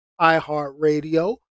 iHeartRadio